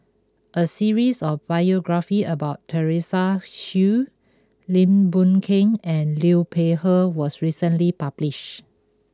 a series of biographies about Teresa Hsu Lim Boon Keng and Liu Peihe was recently published